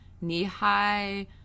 knee-high